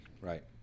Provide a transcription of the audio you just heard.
Right